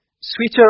sweeter